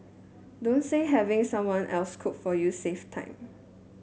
don't say having someone else cook for you save time